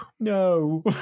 No